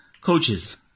Coaches